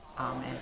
Amen